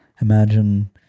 Imagine